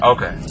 Okay